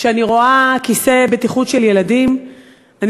כשאני רואה כיסא בטיחות של ילדים אני